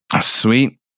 Sweet